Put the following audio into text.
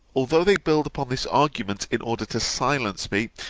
although they build upon this argument in order to silence me,